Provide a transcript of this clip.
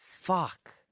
Fuck